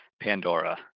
Pandora